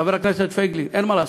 חבר הכנסת פייגלין, אין מה לעשות.